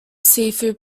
seafood